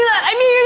i mean